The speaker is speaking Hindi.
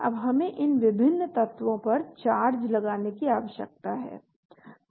अब हमें इन विभिन्न तत्वों पर चार्ज लगाने की आवश्यकता है